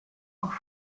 auch